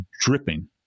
dripping